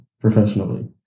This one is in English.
professionally